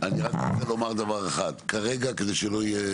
אני רוצה לומר דבר אחד כרגע, כדי שלא יהיו טעויות,